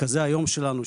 מרכזי היום שלנו,